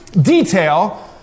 detail